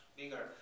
bigger